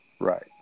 Right